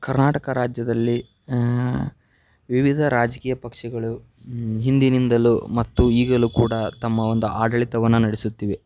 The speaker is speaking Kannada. ಕರ್ನಾಟಕ ರಾಜ್ಯದಲ್ಲಿ ವಿವಿಧ ರಾಜಕೀಯ ಪಕ್ಷಗಳು ಹಿಂದಿನಿಂದಲೂ ಮತ್ತು ಈಗಲೂ ಕೂಡ ತಮ್ಮ ಒಂದು ಆಡಳಿತವನ್ನು ನಡೆಸುತ್ತಿವೆ